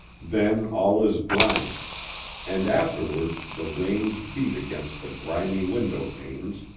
then all is blank and afterward the rains beat against the grimy window-panes,